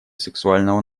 сексуального